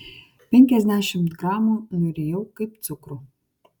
penkiasdešimt gramų nurijau kaip cukrų